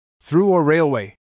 Through-or-Railway